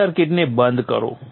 સબ સર્કિટને બંધ કરો